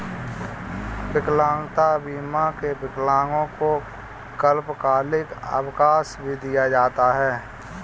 विकलांगता बीमा में विकलांगों को अल्पकालिक अवकाश भी दिया जाता है